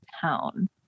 town